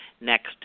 next